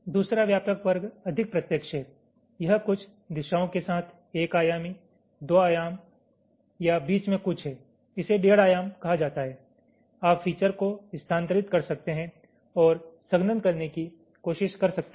दूसरा व्यापक वर्ग अधिक प्रत्यक्ष है यह कुछ दिशाओं के साथ 1 आयामी 2 आयाम या बीच में कुछ है इसे डेढ़ आयाम कहा जाता है आप फीचर को स्थानांतरित कर सकते हैं और संघनन करने की कोशिश कर सकते हैं